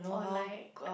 or like